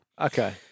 Okay